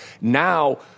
Now